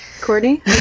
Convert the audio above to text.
Courtney